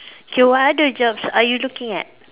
so what other jobs are you looking at